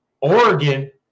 Oregon